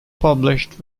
published